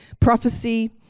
Prophecy